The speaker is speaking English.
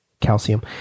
calcium